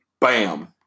bam